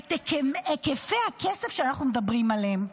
על היקפי הכסף שאנחנו מדברים עליהם.